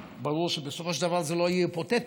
ברור שבסופו של דבר זה לא יהיה היפותטי,